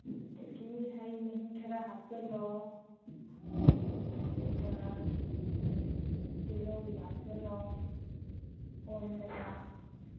ꯑꯗꯒꯤ ꯍꯩ ꯃꯍꯤ ꯈꯔ ꯍꯥꯞꯆꯜꯂꯣ ꯑꯗꯨꯒ ꯇꯤꯜꯍꯧꯁꯨ ꯍꯥꯞꯆꯜꯂꯣ ꯑꯣꯟꯕꯗ